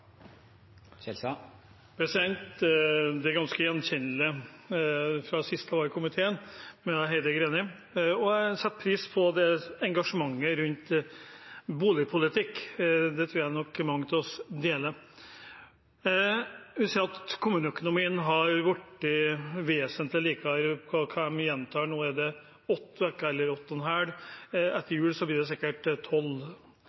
er ganske gjenkjennelig fra sist jeg var sammen med henne i komiteen, og jeg setter pris på engasjementet rundt boligpolitikken. Det tror jeg nok mange av oss deler. Jeg vil si at kommuneøkonomien har blitt vesentlig bedre av det de gjentar nå etter åtte og en halv uke. Etter jul blir det sikkert tolv,